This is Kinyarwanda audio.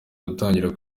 gutangira